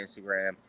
Instagram